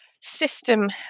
system